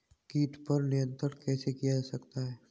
कीट पर नियंत्रण कैसे किया जा सकता है?